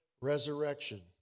resurrection